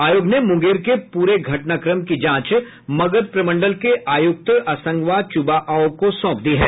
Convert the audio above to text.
आयोग ने मुंगेर के पूरे घटनाक्रम की जांच मगध प्रमंडल के आयुक्त असंगवा चुबा आओ को सौंप दी है